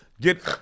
get